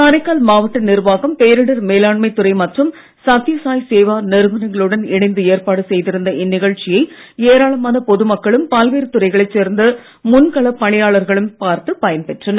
காரைக்கால் மாவட்ட நிர்வாகம் பேரிடர் மேலாண்மை துறை மற்றும் சத்தியசாய் சேவா நிறுவனங்களுடன் இணைந்து ஏற்பாடு செய்திருந்த இந்நிகழ்ச்சியை ஏராளமான பொது மக்களும் பல்வேறு துறைகளை சேர்ந்த முன்களப் பணியாளர்களும் பார்த்து பயன் பெற்றனர்